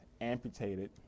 amputated